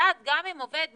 וגם אם עובד מגיע,